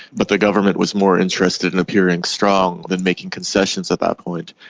but the government was more interested in appearing strong than making concessions at that point,